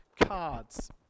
cards